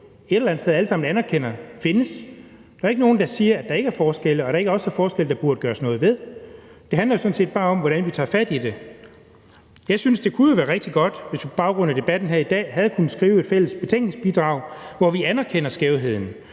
et eller andet sted alle sammen anerkender findes. Der er jo ikke nogen, der siger, at der ikke er forskelle, og at der ikke også er forskelle, der burde gøres noget ved. Det handler jo sådan set bare om, hvordan vi tager fat i det. Jeg synes, at det jo kunne være rigtig godt, hvis vi på baggrund af debatten her i dag havde kunnet skrive et fælles betænkningsbidrag, hvor vi anerkendte skævheden,